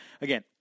Again